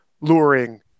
luring